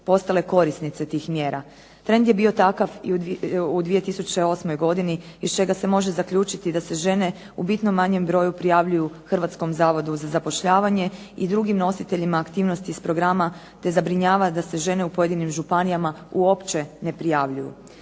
postale korisnice tih mjera. Trend je bio takav u 2008. godini iz čega se može zaključiti da se žene u bitno manjem broju prijavljuju Hrvatskom zavodu za zapošljavanje i drugim nositeljima aktivnosti iz programa te zabrinjava da se žene u pojedinim županijama uopće ne prijavljuju.